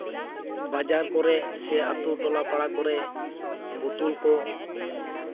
ᱵᱟᱡᱟᱨ ᱠᱚᱨᱮᱫ ᱥᱮ ᱟᱹᱛᱩ ᱴᱚᱞᱟ ᱯᱟᱲᱟ ᱠᱚᱨᱮᱫ ᱵᱳᱛᱚᱞ ᱠᱚ